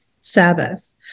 Sabbath